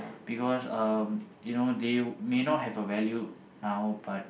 because um you know they may not have a value now but